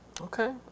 Okay